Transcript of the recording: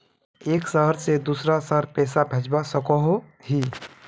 एक शहर से दूसरा शहर पैसा भेजवा सकोहो ही?